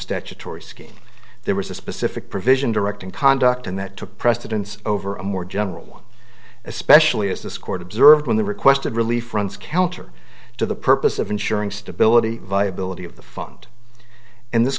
statutory scheme there was a specific provision directing conduct and that took precedence over a more general one especially as this court observed when the requested relief runs counter to the purpose of ensuring stability viability of the fund and this